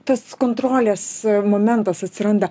tas kontrolės momentas atsiranda